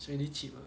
it's really cheap ah